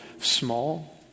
small